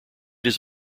his